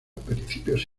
principios